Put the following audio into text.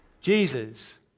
Jesus